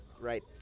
right